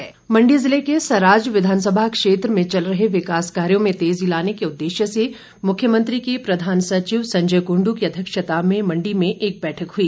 समीक्षा बैठक मंडी ज़िले के सराज विधानसभा क्षेत्र में चल रहे विकास कार्यों में तेजी लाने के उद्देश्य से मुख्यमंत्री के प्रधान सचिव संजय कुण्डू की अध्यक्षता में मंडी में एक बैठक हुई